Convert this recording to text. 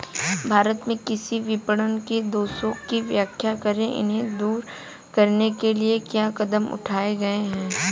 भारत में कृषि विपणन के दोषों की व्याख्या करें इन्हें दूर करने के लिए क्या कदम उठाए गए हैं?